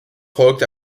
folgte